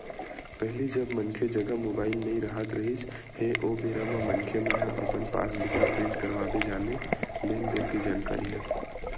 पहिली जब मनखे जघा मुबाइल नइ राहत रिहिस हे ओ बेरा म मनखे मन ह अपन पास बुक ल प्रिंट करवाबे जानय लेन देन के जानकारी ला